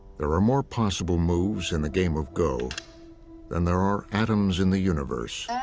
there are more possible moves in the game of go than there are atoms in the universe.